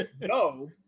no